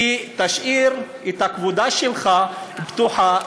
ותשאיר את הכבודה שלך פתוחה,